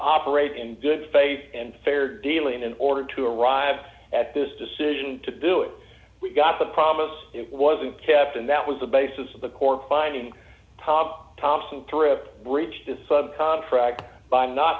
operate in good faith and fair dealing in order to arrive at this decision to do it we got the promise wasn't kept and that was the basis of the court finding thompson trip breached his contract by not